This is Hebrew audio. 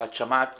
את שמעת